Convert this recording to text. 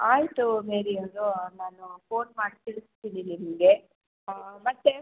ಆಯಿತು ಮೇರಿಯವ್ರೇ ನಾನು ಫೋನ್ ಮಾಡಿ ತಿಳಿಸ್ತೀನಿ ನಿಮಗೆ ಹಾಂ ಮತ್ತೆ